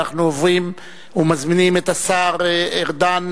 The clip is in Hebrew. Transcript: אנחנו עוברים ומזמינים את השר ארדן,